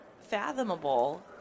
fathomable